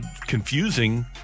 confusing